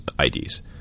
IDs